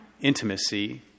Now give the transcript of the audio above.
Intimacy